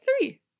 three